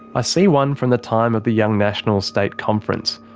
i see one from the time of the young nationals state conference.